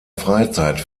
freizeit